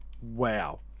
wow